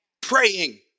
praying